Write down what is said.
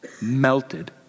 melted